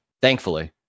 thankfully